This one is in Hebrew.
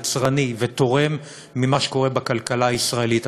יצרני ותורם ממה שקורה בכלכלה הישראלית.